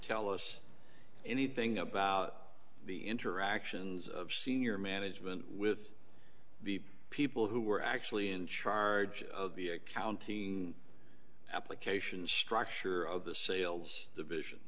tell us anything about the interactions of senior management with the people who were actually in charge of the accounting application structure of the sales division